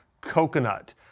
coconut